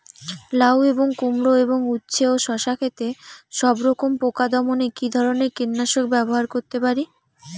লাউ এবং কুমড়ো এবং উচ্ছে ও শসা ক্ষেতে সবরকম পোকা দমনে কী ধরনের কীটনাশক ব্যবহার করতে পারি?